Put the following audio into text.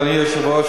אדוני היושב-ראש,